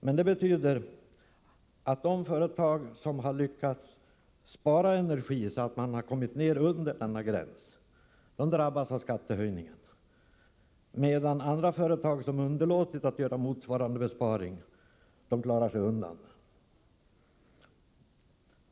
Men det betyder att de företag som har lyckats spara energi så att man har kommit under denna gräns drabbas av skattehöjningen, medan andra företag, som underlåtit att göra motsvarande besparing, klarar sig undan.